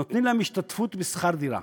נותנים להם השתתפות בשכר-דירה.